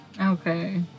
Okay